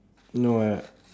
no I